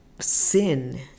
sin